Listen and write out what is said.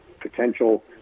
potential